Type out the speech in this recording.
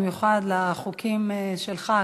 במיוחד לחוקים שלך,